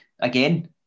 again